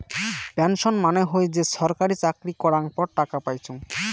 pension মানে হই যে ছরকারি চাকরি করাঙ পর টাকা পাইচুঙ